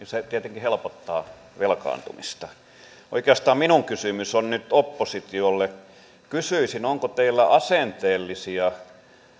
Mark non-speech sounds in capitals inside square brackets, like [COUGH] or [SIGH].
[UNINTELLIGIBLE] se tietenkin helpottaa velkaantumista oikeastaan minun kysymykseni on nyt oppositiolle kysyisin onko teillä asenteellisia